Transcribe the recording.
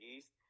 East